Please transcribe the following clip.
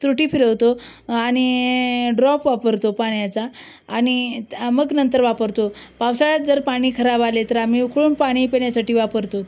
तुरटी फिरवतो आणि ड्रॉप वापरतो पाण्याचा आणि त् मग नंतर वापरतो पावसाळ्यात जर पाणी खराब आले तर आम्ही उकळून पाणी पिण्यासाठी वापरतो आहोत